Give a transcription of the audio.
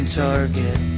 target